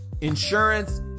insurance